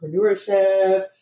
entrepreneurship